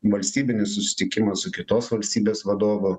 valstybinis susitikimas su kitos valstybės vadovu